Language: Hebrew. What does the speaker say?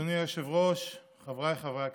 אדוני היושב-ראש, חבריי חברי הכנסת,